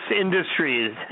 industries